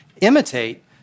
imitate